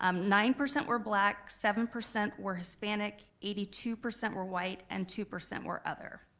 um nine percent were black, seven percent were hispanic, eighty two percent were white, and two percent were other.